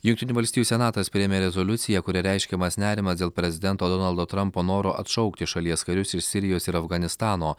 jungtinių valstijų senatas priėmė rezoliuciją kuria reiškiamas nerimas dėl prezidento donaldo trampo noro atšaukti šalies karius iš sirijos ir afganistano